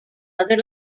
other